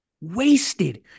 Wasted